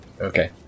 Okay